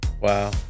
Wow